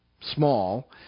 small